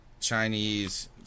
Chinese